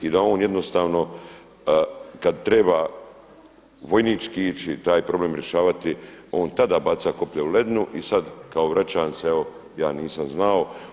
I da on jednostavno kad treba vojnički ići taj problem rješavati, on tada baca koplje u ledinu i sad kao vraćam se evo, ja nisam znao.